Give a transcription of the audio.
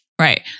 right